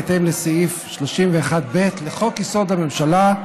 בהתאם לסעיף 31(ב) לחוק-יסוד: הממשלה,